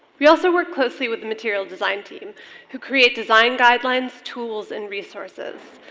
we also work closely with the material design team who create design guidelines, tools, and resources.